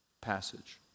passage